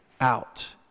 out